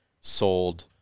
sold